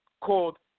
called